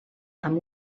amb